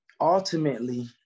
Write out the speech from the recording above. Ultimately